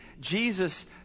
Jesus